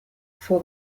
for